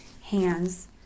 hands